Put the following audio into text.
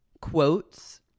quotes